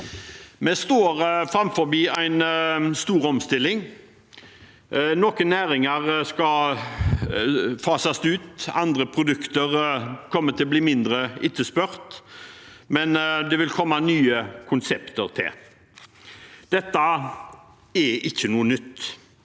Vi står foran en stor omstilling. Noen næringer skal fases ut, andre produkter kommer til å bli mindre etterspurt, men det vil komme nye konsepter til. Dette er ikke noe nytt.